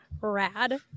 rad